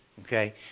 Okay